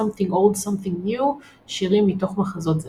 "Something Old Something New" - שירים מתוך מחזות זמר.